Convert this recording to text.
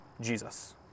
Jesus